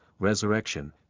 resurrection